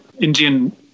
Indian